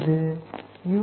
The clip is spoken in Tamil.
இது யூ